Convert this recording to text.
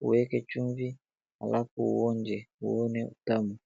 uweke chumvi alafu uonje uone utamu.